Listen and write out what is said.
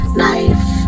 knife